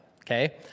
okay